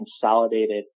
consolidated